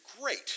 great